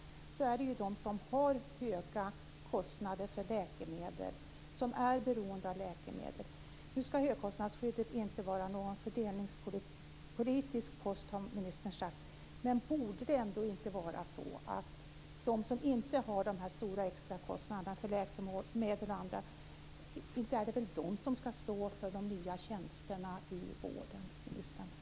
Det är de som har höga kostnader för läkemedel, som är beroende av läkemedel. Nu skall högkostnadsskyddet inte vara någon fördelningspolitisk post har ministern sagt. Men det är väl ändå inte de som inte har dessa stora extra kostnader för läkemedel och annat som skall stå för de nya tjänsterna i vården, ministern?